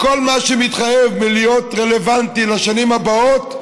לכל מה שמתחייב מלהיות רלוונטי לשנים הבאות,